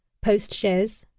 post-chaise,